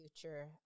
future